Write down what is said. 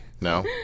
No